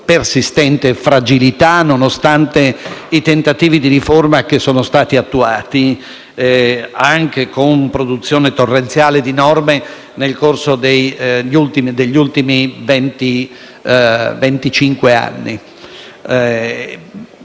persistente fragilità nonostante i tentativi di riforma che sono stati attuati, anche con produzione torrenziale di norme, nel corso degli ultimi